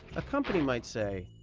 a company might say,